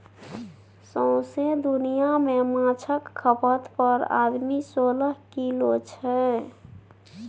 सौंसे दुनियाँ मे माछक खपत पर आदमी सोलह किलो छै